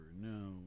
No